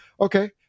Okay